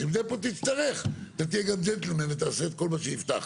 את הדפו תצטרך, אתה תעשה את כל מה שהבטחת.